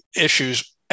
issues